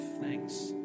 Thanks